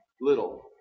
Little